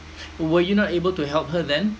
were you not able to help her then